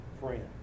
friend